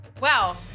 Wow